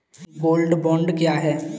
Gold bond क्या है?